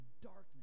darkness